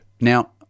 Now